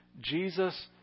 Jesus